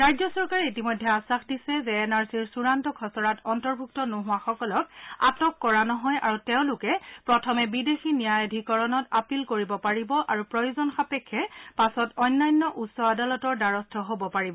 ৰাজ্য চৰকাৰে ইতিমধ্যে আশ্বাস দিছে যে এন আৰ চিৰ চূড়ান্ত তালিক নাম অন্তৰ্ভূক্ত নোহোৱাসকলক আটক কৰা নহয় আৰু তেওঁলোকে প্ৰথমে বিদেশী ন্যায়াধীকৰণত আপীল কৰিব পাৰিব আৰু প্ৰয়োজনসাপেক্ষে পাছত অন্যান্য উচ্চ আদালতৰ দ্বাৰস্থ হব পাৰিব